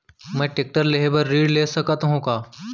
मैं टेकटर लेहे बर ऋण ले सकत हो का?